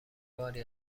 باری